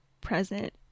present